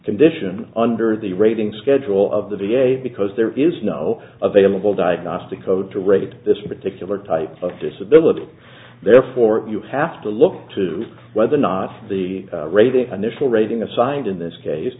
condition under the rating schedule of the v a because there is no available diagnostic code to rate this particular type of disability therefore you have to look to whether or not the rating initial rating assigned in this case